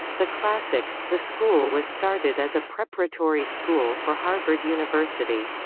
the classics the school was started as a preparatory school for harvard university.